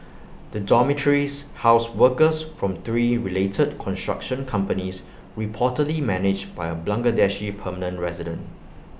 the dormitories housed workers from three related construction companies reportedly managed by A Bangladeshi permanent resident